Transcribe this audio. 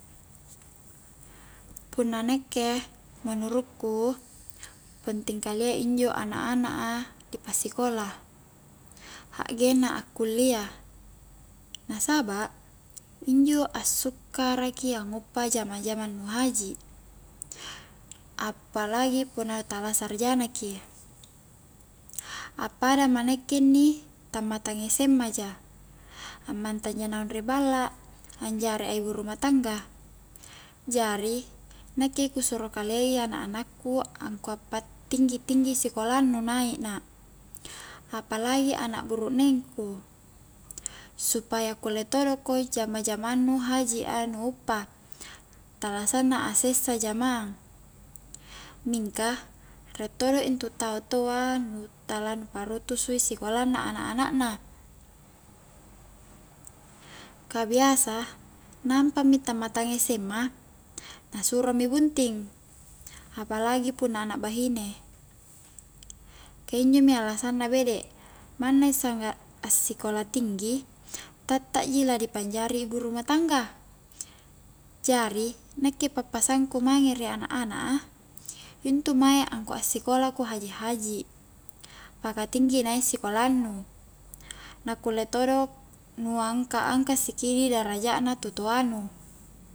Punna nakke menurukku penting kalia injo anak-anak a di pasikola, hakgenna akullia na saba' injo asukkara ki nguppa jamang-jamang nu haji apalagi punna tala sarjana ki appada ma nakke inni tammatang sma ja a'mantang ja naung ri balla, anjaria ibu rumah tangga jari nakke ku suro kaleai anak-anakku angkua patinggi-tinggi sikolannu naik nak apalagi anak burukneng ku, supaya kulle todo ko jama-jamang nu haji a nu uppa, tala sanna a sessa jamang mingka riek todo intu tau toa nu tala nu parutusu i sikolanna anak-anak na parutusu i sikolanna anak-anak na ka biasa nampa mi tammatang sma na suro mi bunting apalagi punna anak bahine ka injo mi alasanna bede' manna sangga assikola tinggi tatta ji ladi panjari ibu rumah tangga jari, nakke pa'pasangku mange ri anak-anak a intu mae angkua assikola ko haji-haji paka tinggi i naik sikolannu na kulle todo nu angka-angka sikiddi deraja' na tu toa nu